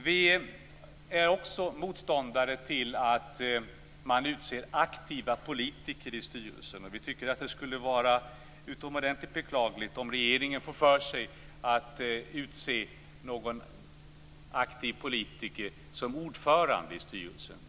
Vi är också motståndare till att man utser aktiva politiker i styrelsen. Det skulle vara utomordentligt beklagligt om regeringen får för sig att utse någon aktiv politiker som ordförande i styrelsen.